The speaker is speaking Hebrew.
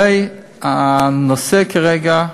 הרי הנושא כרגע,